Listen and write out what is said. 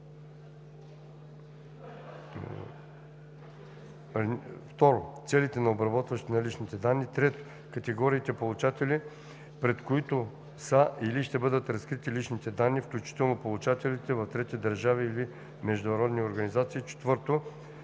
2. целите на обработването на лични данни; 3. категориите получатели, пред които са или ще бъдат разкрити личните данни, включително получателите в трети държави или международни организации; 4.